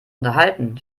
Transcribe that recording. unterhalten